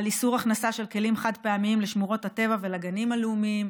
על איסור הכנסה של כלים חד-פעמיים לשמורות הטבע ולגנים הלאומיים.